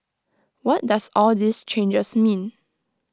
what does all these changes mean